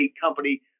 company